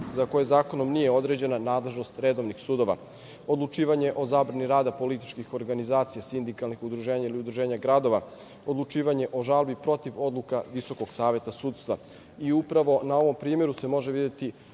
za koje zakonom nije određena nadležnost redovnih sudova, odlučivanje o zabrani rada političkih organizacija, sindikalnih udruženja ili udruženja gradova, odlučivanje o žalbi protiv odluka Visokog Saveta sudstva. Upravo na ovom primeru se može videti